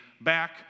back